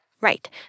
Right